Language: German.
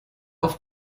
auf